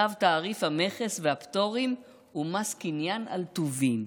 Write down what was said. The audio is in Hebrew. צו תעריף המכס והפטורים ומס קנייה על טובין,